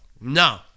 No